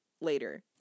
later